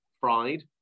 fried